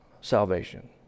salvation